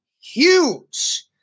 huge